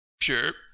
Sure